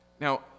Now